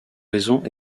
raisons